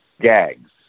gags